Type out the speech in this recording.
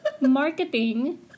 marketing